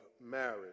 marriage